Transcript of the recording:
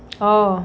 orh